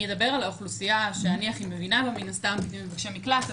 תייחס לי יכולות זעם קצת יותר